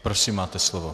Prosím, máte slovo.